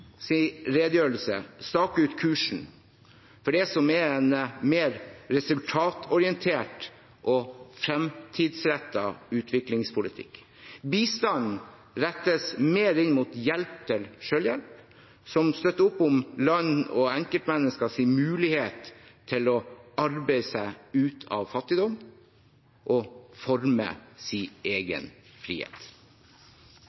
redegjørelse staker ut kursen for det som er en mer resultatorientert og fremtidsrettet utviklingspolitikk. Bistanden rettes mer inn mot hjelp til selvhjelp, som støtter opp om lands og enkeltmenneskers mulighet til å arbeide seg ut av fattigdom og forme